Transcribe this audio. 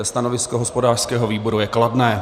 Stanovisko hospodářského výboru je kladné.